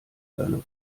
seine